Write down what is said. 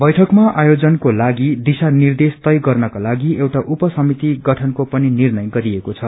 बैठकमा आयोजनको लागि दिशा निर्देश तय गर्नको लागि एउटा उपसमिति गठनको पनि निर्णय गरिएको छ